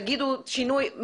תגידו לנו שינוי,